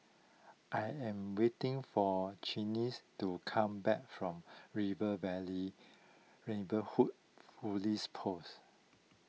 I am waiting for Channies to come back from River Valley Neighbourhood Police Post